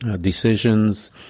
decisions